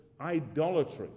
idolatry